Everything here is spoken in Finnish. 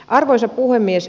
arvoisa puhemies